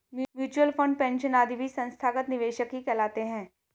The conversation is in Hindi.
म्यूचूअल फंड, पेंशन आदि भी संस्थागत निवेशक ही कहलाते हैं